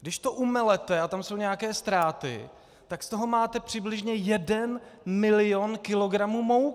Když to umelete, a tam jsou nějaké ztráty, tak z toho máte přibližně jeden milion kilogramů mouky.